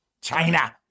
China